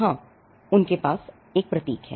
हाँ अब उनके पास एक प्रतीक है